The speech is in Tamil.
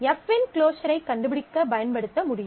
F இன் க்ளோஸர் ஐக் கண்டுபிடிக்க பயன்படுத்த முடியும்